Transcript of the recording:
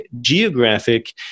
geographic